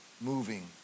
moving